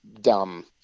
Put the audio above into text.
dumb